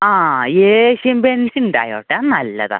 ആ ഏഷ്യൻ പെയ്ൻറ്റ്സുണ്ടായോട്ടാ അത് നല്ലതാണ്